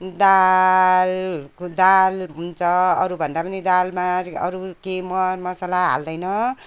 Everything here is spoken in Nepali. दालको दाल हुन्छ अरू भन्दा पनि दालमा अरू के मरमसाला हालिँदैन